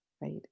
right